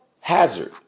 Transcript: hazard